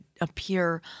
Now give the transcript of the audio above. appear